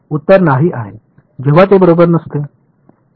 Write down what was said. उत्तर नाही आहे जेव्हा ते बरोबर नसते